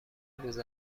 روز